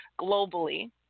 globally